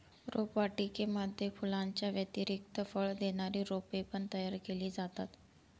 रोपवाटिकेमध्ये फुलांच्या व्यतिरिक्त फळ देणारी रोपे पण तयार केली जातात